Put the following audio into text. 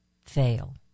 fail